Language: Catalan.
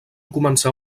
començar